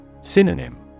Synonym